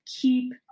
keep